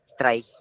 try